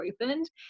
opened